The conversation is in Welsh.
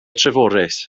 treforys